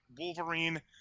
wolverine